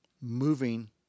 moving